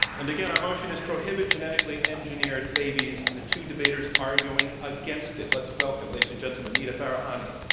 and, again, our motion is prohibit genetically engineered babies. the two debaters arguing against it, let's welcome, ladies and gentlemen, nita farahany.